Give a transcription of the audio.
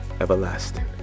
everlasting